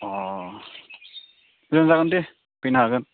अ दे जागोन दे फैनो हागोन